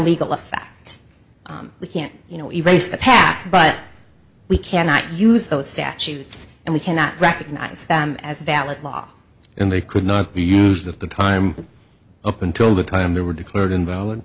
legal effect we can't you know even use the past but we cannot use those statutes and we cannot recognize them as valid law and they could not be used at the time up until the time they were declared invalid